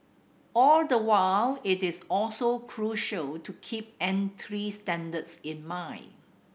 all the while it is also crucial to keep entry standards in mind